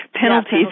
penalties